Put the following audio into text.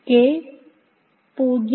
K 0